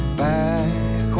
back